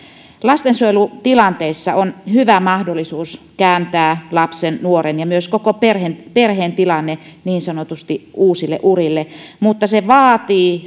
lastensuojelutilanteissa on hyvä mahdollisuus kääntää lapsen nuoren ja myös koko perheen perheen tilanne niin sanotusti uusille urille mutta se vaatii